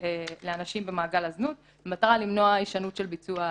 לאנשים במעגל הזנות במטרה למנוע הישנות של ביצוע עבירות,